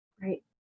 Great